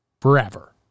forever